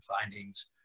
findings